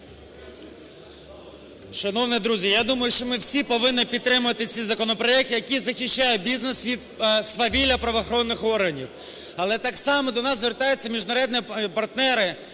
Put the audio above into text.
Шановні друзі, я думаю, що ми всі повинні підтримати цей законопроект, який захищає бізнес від свавілля правоохоронних органів. Але так само до нас звертаються міжнародні партнери,